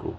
cool